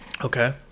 Okay